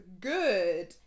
good